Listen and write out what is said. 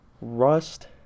Rust